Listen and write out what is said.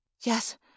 Yes